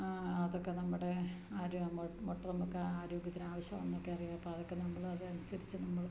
അതൊക്കെ നമ്മുടെ ആരോ മൊട്ട നമുക്ക് ആരോഗ്യത്തിന് ആവശ്യമാണെന്നൊക്കെ അറിയും അപ്പോള് അതൊക്കെ നമ്മളതനുസരിച്ച് നമ്മള്